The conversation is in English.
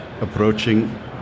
approaching